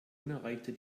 unerreichter